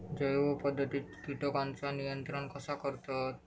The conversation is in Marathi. जैव पध्दतीत किटकांचा नियंत्रण कसा करतत?